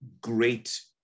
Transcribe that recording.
great